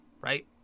right